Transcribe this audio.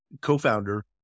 co-founder